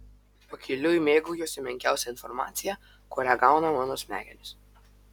pakeliui mėgaujuosi menkiausia informacija kurią gauna mano smegenys